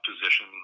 position